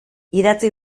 idatzi